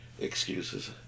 excuses